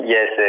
Yes